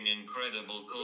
incredible